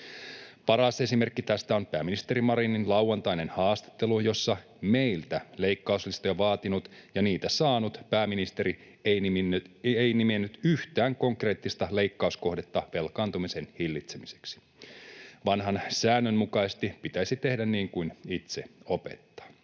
Paras esimerkki tästä on pääministeri Marinin lauantainen haastattelu, jossa meiltä leikkauslistoja vaatinut ja niitä saanut pääministeri ei nimennyt yhtään konkreettista leikkauskohdetta velkaantumisen hillitsemiseksi. Vanhan säännön mukaisesti pitäisi tehdä niin kuin itse opettaa.